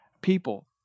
people